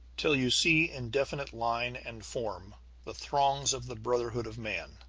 till you see in definite line and form the throngs of the brotherhood of man,